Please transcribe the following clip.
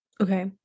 Okay